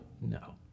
No